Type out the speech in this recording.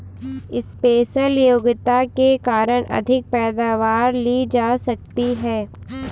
special योग्यता के कारण अधिक पैदावार ली जा सकती है